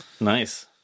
Nice